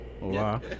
Wow